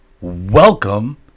welcome